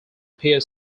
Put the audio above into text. peer